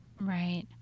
Right